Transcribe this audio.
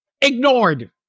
Ignored